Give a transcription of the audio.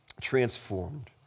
transformed